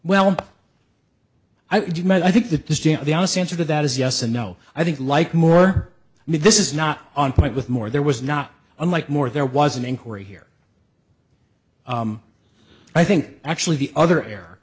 would you might i think that this jan the honest answer to that is yes and no i think like more me this is not on point with more there was not unlike more there was an inquiry here i think actually the other air